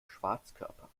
schwarzkörper